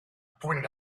pointed